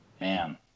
man